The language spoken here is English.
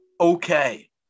okay